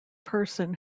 person